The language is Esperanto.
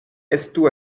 estu